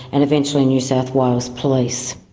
and eventually new south wales police.